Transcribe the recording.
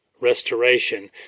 Restoration